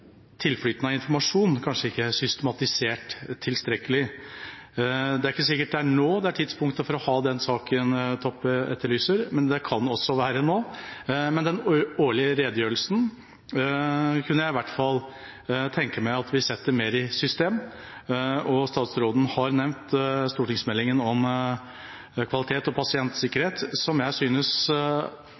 av informasjon kanskje ikke tilstrekkelig systematisert. Det er ikke sikkert det er nå det er tidspunktet for å ha den saken Toppe etterlyser, men det kan også være nå. Men den årlige redegjørelsen kunne jeg i hvert fall tenke meg at vi setter mer i system. Statsråden har nevnt stortingsmeldingen om kvalitet og pasientsikkerhet, som jeg synes